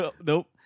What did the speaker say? Nope